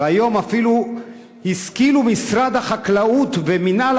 והיום אפילו השכילו משרד החקלאות ומינהל